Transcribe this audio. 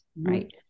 Right